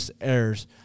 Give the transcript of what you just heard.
errors